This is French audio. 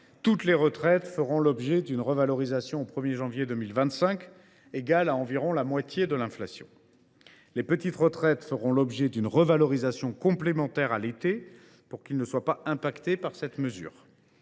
Toutes les retraites feront l’objet au 1 janvier 2025 d’une revalorisation égale à environ la moitié de l’inflation. Les petites retraites feront l’objet d’une revalorisation complémentaire à l’été pour qu’elles ne soient pas affectées par cette mesure.